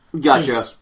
Gotcha